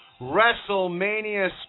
Wrestlemania